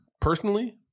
Personally